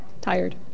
tired